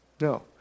No